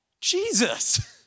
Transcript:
Jesus